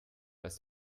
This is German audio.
als